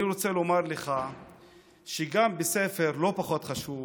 אני רוצה לומר לך שגם בספר לא פחות חשוב,